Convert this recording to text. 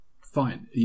fine